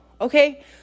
okay